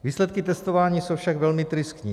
Výsledky testování jsou však velmi tristní.